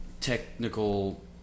technical